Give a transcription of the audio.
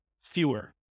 fewer